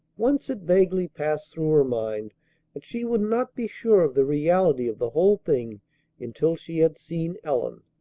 once it vaguely passed through her mind that she would not be sure of the reality of the whole thing until she had seen ellen.